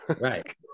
right